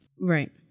Right